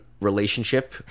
relationship